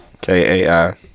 K-A-I